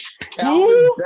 Calvin